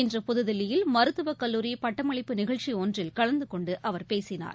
இன்று புதுதில்லியில் மருத்துவக் கல்லூரி பட்டமளிப்பு நிகழ்ச்சி ஒன்றில் கலந்து கொண்டு அவர் பேசினார்